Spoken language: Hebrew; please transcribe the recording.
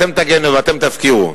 אתם תגנו ואתם תפקירו.